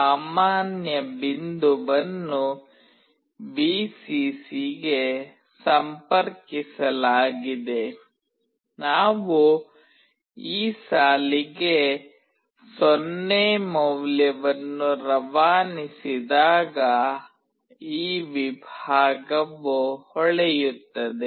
ಸಾಮಾನ್ಯ ಬಿಂದುವನ್ನು Vcc ಗೆ ಸಂಪರ್ಕಿಸಲಾಗಿದೆ ನಾವು ಈ ಸಾಲಿಗೆ 0 ಮೌಲ್ಯವನ್ನು ರವಾನಿಸಿದಾಗ ಈ ವಿಭಾಗವು ಹೊಳೆಯುತ್ತದೆ